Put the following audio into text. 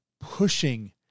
pushing